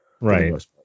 right